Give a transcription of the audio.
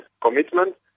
commitment